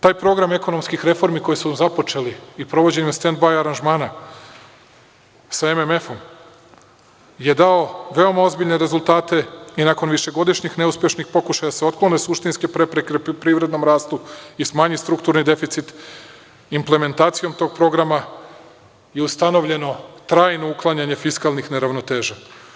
Taj program ekonomskih reformi koje su započeli i proveđenjem stend baj aranžmana sa MMF-om je dao veoma ozbiljne rezultate i nakon višegodišnjih neuspešnih pokušaja da se otklone suštinske prepreke u privrednom rastu i smanji strukturni deficit, implementacijom tog programa je ustanovljeno trajno uklanjanje fiskalnih neravnoteža.